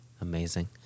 Amazing